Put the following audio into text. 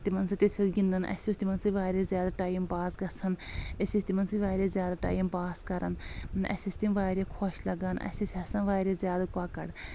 تِمن سۭتۍ ٲسۍ أسۍ گِنٛدان اسہِ اوس تِمن سۭتۍ واریاہ زیادٕ ٹایِم پاس گژھان أسۍ ٲسۍ تِمن سۭتۍ واریاہ زیادٕ ٹایِم پاس کران اسہِ ٲسۍ تِم واریاہ خۄش لگان اسہِ ٲسۍ آسان واریاہ زیادٕ کۄکر